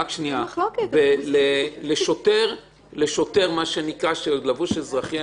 לשוטר שלבוש אזרחי,